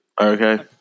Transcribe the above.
okay